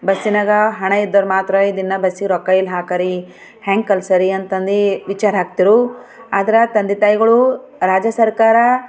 ಬಸ್ಸಿನಾಗ ಹಣ ಇದ್ದೋರು ಮಾತ್ರ ಇದನ್ನ ಬಸ್ಸಿಗೆ ರೊಕ್ಕ ಎಲ್ಲಿ ಹಾಕರಿ ಹೇಗ್ ಕಳ್ಸರಿ ಅಂತಂದು ವಿಚಾರ ಹಾಕ್ತರು ಆದ್ರೆ ತಂದೆ ತಾಯಿಗಳು ರಾಜ್ಯ ಸರ್ಕಾರ